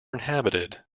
inhabited